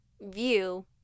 view